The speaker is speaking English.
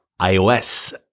iOS